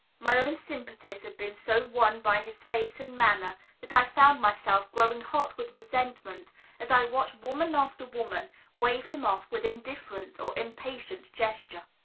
my own sympathies had been so won by his face and manner that i found myself growing hot with resentment as i watched woman after woman wave him off with indifferent or impatient gesture.